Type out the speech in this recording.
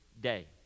day